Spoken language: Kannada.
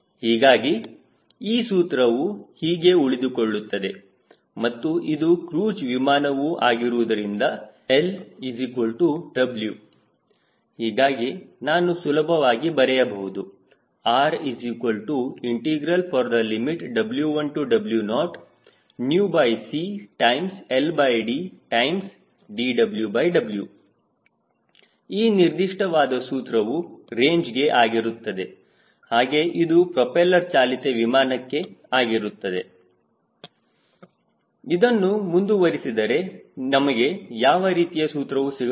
ಹೀಗಾಗಿ ಈ ಸೂತ್ರವು ಹೀಗೆ ಉಳಿದುಕೊಳ್ಳುತ್ತದೆ ಮತ್ತು ಇದು ಕ್ರೂಜ್ ವಿಮಾನವು ಆಗಿರುವುದರಿಂದ LW ಹೀಗಾಗಿ ನಾನು ಸುಲಭವಾಗಿ ಬರೆಯಬಹುದು RW1W0CLDdWW ಈ ನಿರ್ದಿಷ್ಟವಾದ ಸೂತ್ರವು ರೇಂಜ್ಗೆ ಆಗಿರುತ್ತದೆ ಹಾಗೆ ಇದು ಪ್ರೋಪೆಲ್ಲರ್ ಚಾಲಿತ ವಿಮಾನಕ್ಕೆ ಆಗಿರುತ್ತದೆ ಇದನ್ನು ಮುಂದುವರಿಸಿದರೆ ನಮಗೆ ಯಾವ ರೀತಿಯ ಸೂತ್ರವು ಸಿಗಬಹುದು